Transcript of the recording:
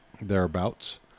Thereabouts